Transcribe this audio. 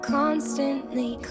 constantly